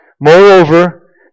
Moreover